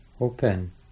open